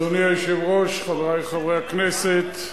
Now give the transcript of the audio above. אדוני היושב-ראש, חברי חברי הכנסת,